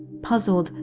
puzzled,